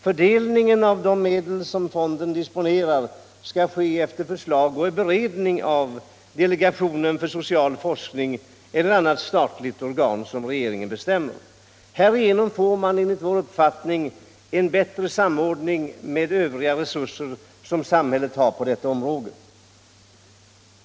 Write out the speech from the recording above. Fördelningen av de medel som fonden disponerar skall ske efter förslag och beredning av delegationen för social forskning eller annat statligt organ som regeringen bestämmer. Härigenom får man enligt vår uppfattning en bättre samordning med övriga resurser som samhället har på detta område.